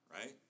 right